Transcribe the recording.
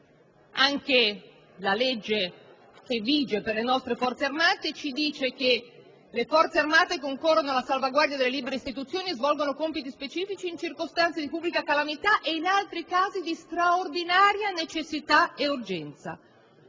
Anche la legge che vige per le nostre Forze armate prevede che queste concorrano alla salvaguardia delle libere istituzioni e svolgano compiti specifici in circostanze di pubblica calamità e in altri casi di straordinaria necessità e urgenza.